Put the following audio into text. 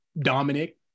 dominic